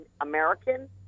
american